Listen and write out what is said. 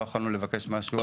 לא יכולנו לבקש משהו אחר.